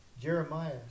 Jeremiah